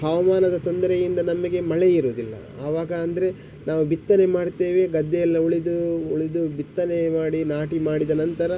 ಹವಾಮಾನದ ತೊಂದರೆಯಿಂದ ನಮಗೆ ಮಳೆ ಇರುವುದಿಲ್ಲ ಆವಾಗ ಅಂದರೆ ನಾವು ಬಿತ್ತನೆ ಮಾಡ್ತೇವೆ ಗದ್ದೆಯೆಲ್ಲ ಉಳಿದು ಉಳಿದು ಬಿತ್ತನೆ ಮಾಡಿ ನಾಟಿ ಮಾಡಿದ ನಂತರ